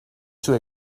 too